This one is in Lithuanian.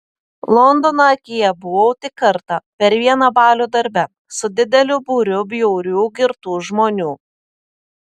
londono akyje buvau tik kartą per vieną balių darbe su dideliu būriu bjaurių girtų žmonių